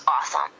awesome